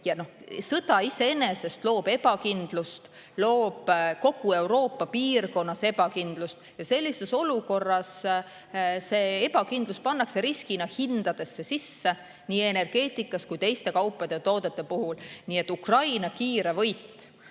Sõda iseenesest loob ebakindlust, loob kogu Euroopa piirkonnas ebakindlust ja sellises olukorras see ebakindlus pannakse riskina hindadesse sisse nii energeetikas kui ka teiste kaupade ja toodete puhul. Nii et Ukraina kiire võit